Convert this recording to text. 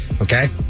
okay